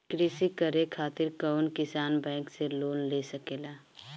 कृषी करे खातिर कउन किसान बैंक से लोन ले सकेला?